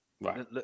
Right